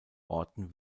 orten